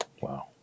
Wow